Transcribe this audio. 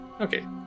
Okay